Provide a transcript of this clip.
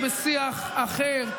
אנחנו בשיח אחר.